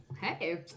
Hey